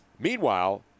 Meanwhile